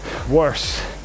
worse